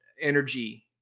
energy